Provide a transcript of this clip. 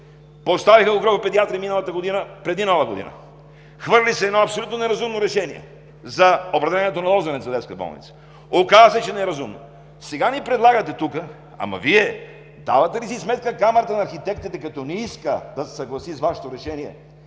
Поставиха го група педиатри миналата година преди Нова година, хвърли се едно абсолютно неразумно решение за определяне на „Лозенец“ в детска болница. Оказа се, че е неразумно. Сега ни предлагате тук, ама Вие давате ли си сметка, че Камарата на архитектите, като не иска да се съгласи с Вашето решение